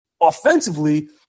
offensively